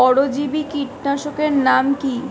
পরজীবী কীটনাশকের নাম কি?